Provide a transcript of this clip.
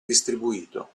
distribuito